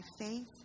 faith